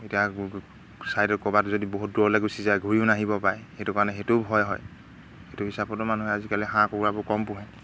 এতিয়া ছাইদত ক'ৰবাত যদি বহুত দূৰলৈ গুচি যায় ঘূৰিও নাহিব পাৰে সেইটো কাৰণে সেইটোও ভয় হয় সেইটো হিচাপতো মানুহে আজিকালি হাঁহ কুকুৰাবোৰ কম পোহে